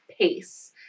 pace